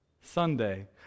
Sunday